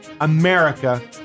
America